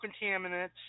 contaminants